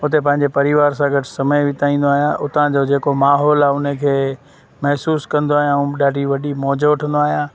उते पंहिंजे परिवार सां गॾु समय बिताईंदो आहियां उतां जो जेको माहौल आहे उनखे महसूसु कंदो आहियां ॾाढी वॾी मौज वठंदो आहियां